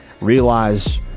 realize